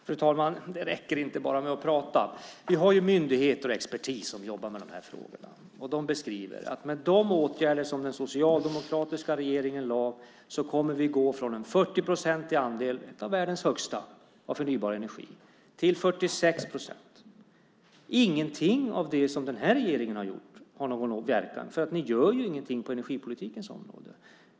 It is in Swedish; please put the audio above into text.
Fru talman! Det räcker inte att bara prata. De myndigheter och den expertis som jobbar med de här frågorna beskriver att med de åtgärder som den socialdemokratiska regeringen vidtog kommer vi att gå från en 40-procentig andel, en av världens högsta, av förnybar energi till 46 procent. Ingenting av det som den här regeringen har gjort har nått någon verkan, för ni gör ju ingenting på energipolitikens område.